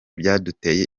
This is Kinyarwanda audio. byaduteye